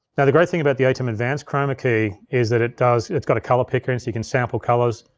now the great thing about the atem advanced chroma key is that it does, it's got a color picker and so you can sample colors.